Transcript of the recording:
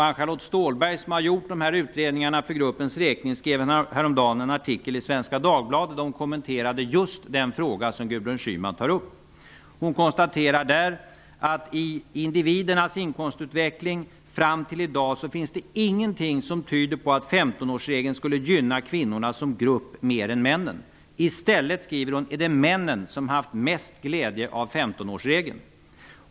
Ann-Charlotte Ståhlberg som har gjort dessa utredningar för gruppens räkning skrev en artikel i Svenska Dagbladet häromdagen där hon kommenterade just den fråga som Gudrun Schyman tar upp. Hon konstaterar där att ''i individernas inkomstutveckling fram till i dag finns ingenting som tyder på att 15-årsregeln skulle gynna kvinnorna som grupp mer än männen. I stället är det männen som haft mest glädje av 15-årsregeln.''